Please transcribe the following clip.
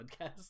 podcast